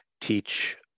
teach